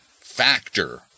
factor